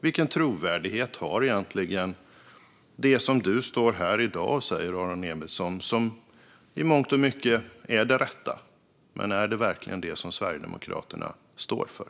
Vilken trovärdighet har egentligen det som du står här och säger, Aron Emilsson, som i mångt och mycket är det rätta? Är det verkligen det som Sverigedemokraterna står för?